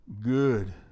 Good